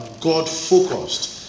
God-focused